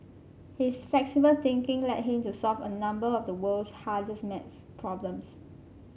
his flexible thinking led him to solve a number of the world's hardest maths problems